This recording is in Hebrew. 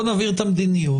נבהיר את המדיניות.